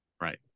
Right